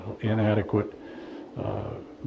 inadequate